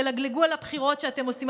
ילגלגו על הבחירות שאתם עושים,